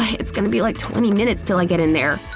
it's gonna be like twenty minutes till i get in there!